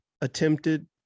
attempted